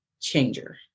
changer